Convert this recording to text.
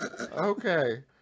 okay